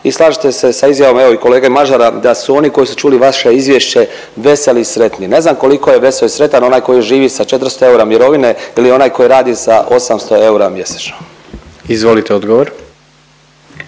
i slažete se s izjavom evo i kolege Mažara da su oni koji su čuli vaše izvješće veseli i sretni. Ne znam koliko je veseo i sretan onaj koji živi sa 400 eura mirovine ili onaj koji radi za 800 eura mjesečno. **Jandroković,